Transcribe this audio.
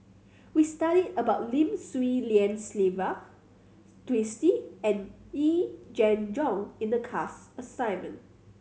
we studied about Lim Swee Lian Sylvia Twisstii and Yee Jenn Jong in the class assignment